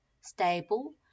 stable